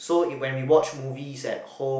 so it when we watch movies at home